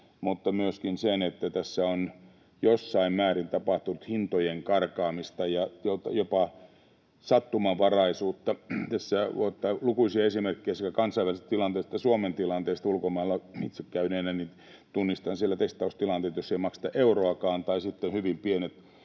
että myöskin sen, että tässä on jossain määrin tapahtunut hintojen karkaamista ja jopa sattumanvaraisuutta. Tässä voi ottaa siitä lukuisia esimerkkejä kansainvälisestä tilanteesta ja Suomen tilanteesta. Ulkomailla itse käyneenä tunnistan sieltä testaustilanteita, joissa ei makseta euroakaan tai sitten on hyvin pienet